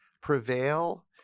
prevail